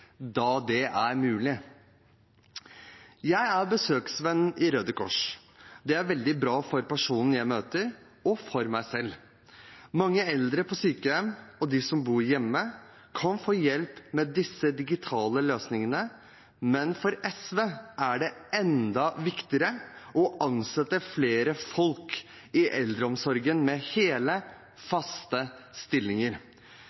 det er mulig. Jeg er besøksvenn i Røde Kors. Det er veldig bra for personen jeg møter – og for meg selv. Mange eldre på sykehjem, og de som bor hjemme, kan få hjelp med disse digitale løsningene, men for SV er det enda viktigere å ansette flere folk i eldreomsorgen med hele,